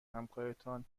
همکارتان